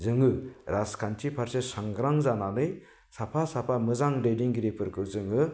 जोङो राजखान्थि फारसे सांग्रां जानानै साफा साफा मोजां दैदेनगिरिफोरखौ जोङो